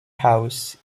house